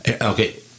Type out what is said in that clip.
okay